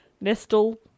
Nestle